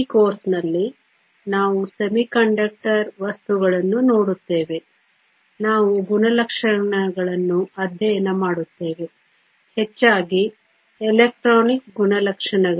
ಈ ಕೋರ್ಸ್ನಲ್ಲಿ ನಾವು ಅರೆವಾಹಕ ವಸ್ತುಗಳನ್ನು ನೋಡುತ್ತೇವೆ ನಾವು ಗುಣಲಕ್ಷಣಗಳನ್ನು ಅಧ್ಯಯನ ಮಾಡುತ್ತೇವೆ ಹೆಚ್ಚಾಗಿ ಎಲೆಕ್ಟ್ರಾನಿಕ್ ಗುಣಲಕ್ಷಣಗಳು